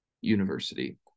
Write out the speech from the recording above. university